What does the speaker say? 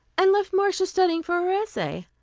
and left marcia studying for her essay.